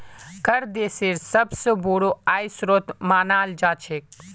कर देशेर सबस बोरो आय स्रोत मानाल जा छेक